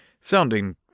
sounding